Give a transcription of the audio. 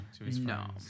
No